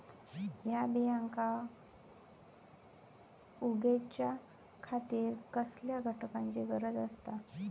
हया बियांक उगौच्या खातिर कसल्या घटकांची गरज आसता?